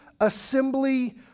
assembly